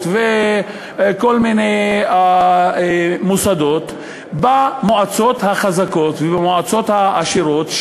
וכל מיני מוסדות במועצות החזקות ובמועצות העשירות,